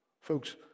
Folks